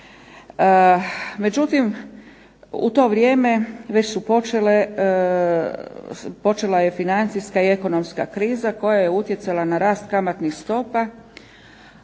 Međutim, u to vrijeme već je počela financijska i ekonomska kriza koja je utjecala na rast kamatnih stopa